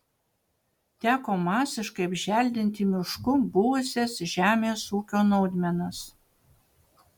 teko masiškai apželdinti mišku buvusias žemės ūkio naudmenas